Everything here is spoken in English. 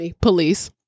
police